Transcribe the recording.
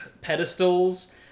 pedestals